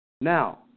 Now